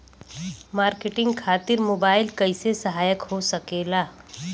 Marketing खातिर mobile कइसे सहायक हो सकेला?